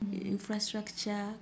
infrastructure